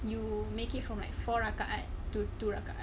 you make it from like four rakaat to two rakaat